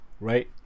right